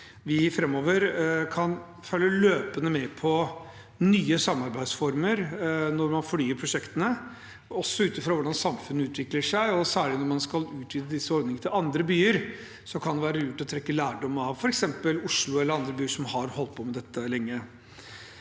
vi framover kan følge løpende med på nye samarbeidsformer når man fornyer prosjektene, utfra hvordan samfunnet utvikler seg, og særlig når man skal utvide disse ordningene til andre byer, kan det være lurt å trekke lærdom av f.eks. Oslo eller andre byer som har holdt på med dette lenge.